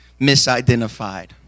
misidentified